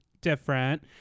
different